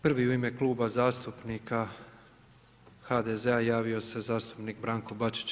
Prvi u ime Kluba zastupnika HDZ-a javio se zastupnik BRANKO BAČIĆ.